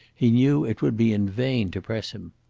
he knew it would be in vain to press him.